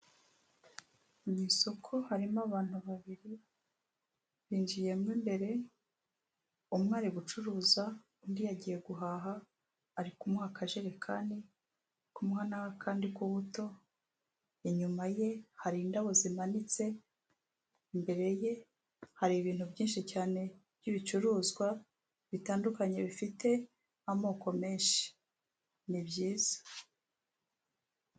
Mu isoko harimo abantu babiri binjiyemo mbere, umwe ari gucuruza undi yagiye guhaha ari kumuha akajerekani kumuha n'akandi k'ubuto inyuma ye hari indabo zimanitse, imbere ye hari ibintu byinshi cyane by'ibicuruzwa bitandukanye bifite amoko menshi ni byiza.